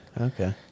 Okay